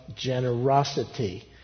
generosity